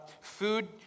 food